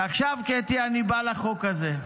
ועכשיו, קטי, אני בא לחוק הזה.